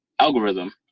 algorithm